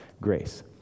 grace